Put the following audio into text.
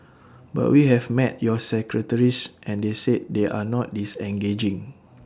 but we have met your secretaries and they said they are not disengaging